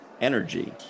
energy